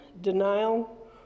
denial